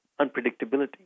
unpredictability